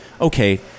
okay